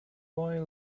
boy